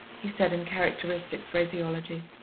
he said in characteristic phraseology.